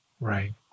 Right